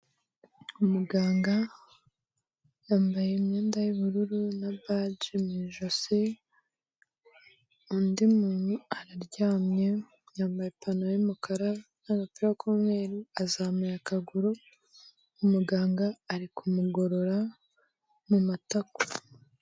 Umuganga yambaye imyenda y'ubururu na baji mu ijosi, undi muntu araryamye yambaye ipantaro y'umukara n'agapira k'umweru azamuye akaguru, umuganga ari kumugorora mu matako.